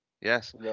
yes